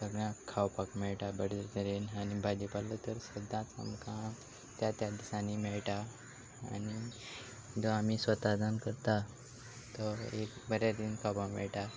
सगळ्यांक खावपाक मेळटा बरे तरेन आनी भाजी पालो तर सदांच आमकां त्या त्या दिसांनी मेळटा आनी जो आमी स्वता जावन करता तो एक बऱ्या तरेन खावपाक मेळटा